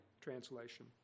translation